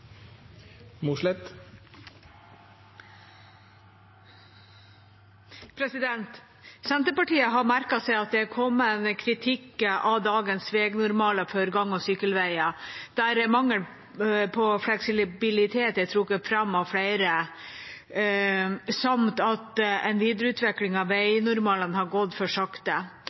Senterpartiet har merket seg at det har kommet kritikk av dagens veinormaler for gang- og sykkelveier, der mangel på fleksibilitet er trukket fram av flere samt at en videreutvikling av veinormalene har gått for sakte.